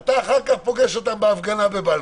אתה אחר כך פוגש אותם בהפגנה בבלפור.